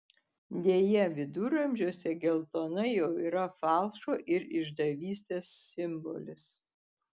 deja viduramžiuose geltona jau yra falšo ir išdavystės simbolis